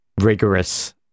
rigorous